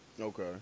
okay